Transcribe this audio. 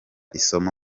isomo